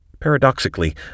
Paradoxically